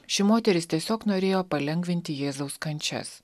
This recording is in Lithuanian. ši moteris tiesiog norėjo palengvinti jėzaus kančias